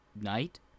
night